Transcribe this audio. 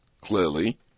clearly